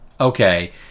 Okay